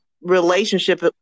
relationship